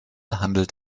handelt